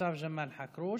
ניצב ג'מאל חכרוש.